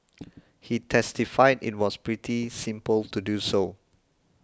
he testified it was pretty simple to do so